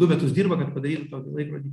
du metus dirba kad padarytų tokį laikrodį